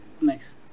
Nice